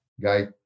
guy